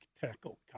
tackle